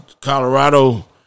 Colorado –